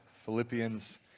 Philippians